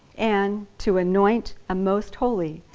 and to anoint a most holy.